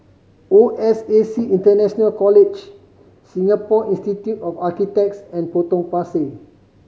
O S A C International College Singapore Institute of Architects and Potong Pasir